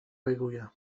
بگویم